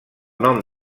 nom